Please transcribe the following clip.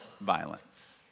violence